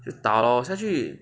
打咯下去